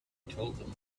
told